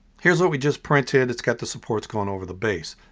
here's what we just printed. it's got the supports going over the base.